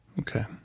Okay